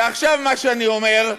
ועכשיו, אני אומר,